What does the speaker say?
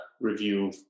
review